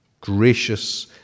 gracious